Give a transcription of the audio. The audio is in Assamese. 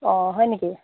অ হয় নেকি